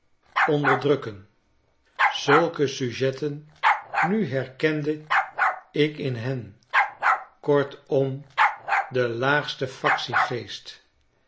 onderdrukken zulke sujetten nu herkende ik in hen kortom de laagste